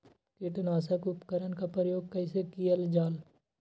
किटनाशक उपकरन का प्रयोग कइसे कियल जाल?